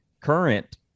Current